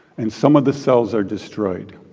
and some of the cells are destroyed.